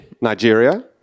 Nigeria